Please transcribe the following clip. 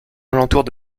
alentours